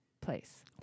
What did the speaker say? place